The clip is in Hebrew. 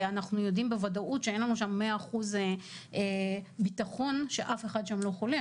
אנחנו יודעים בוודאות שאין לנו שם 100% ביטחון שאף אחד שם לא חולה.